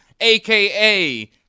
aka